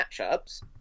matchups